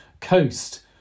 coast